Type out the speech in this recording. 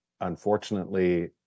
unfortunately